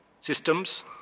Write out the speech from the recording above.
systems